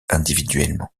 individuellement